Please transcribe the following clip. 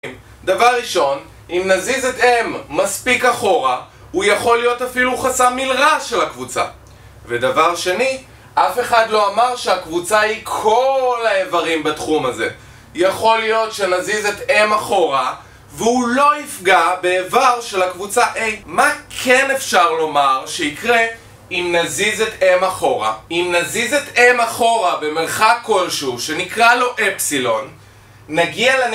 דבר ראשון, אם נזיז את M מספיק אחורה, הוא יכול להיות אפילו חסם מלרע של הקבוצה ודבר שני, אף אחד לא אמר שהקבוצה היא כל האיברים בתחום הזה. יכול להיות שנזיז את M אחורה והוא לא יפגע באיבר של הקבוצה A. מה כן אפשר לומר שיקרה אם נזיז את M אחורה? אם נזיז את M אחורה במרחק כלשהו שנקרא לו אפסילון נגיע...